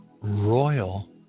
royal